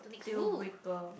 deal breaker